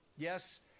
Yes